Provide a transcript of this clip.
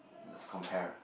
let's compare